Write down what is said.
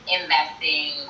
investing